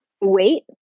wait